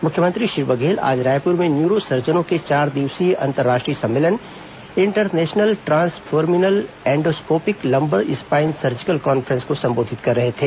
मुख्यमंत्री श्री बघेल आज रायपुर में न्यूरोसर्जनों के चार दिवसीय अंतर्राष्ट्रीय सम्मेलन international transforaminal endoscopic lumbar spine surgical conference को सम्बोधित कर रहे थे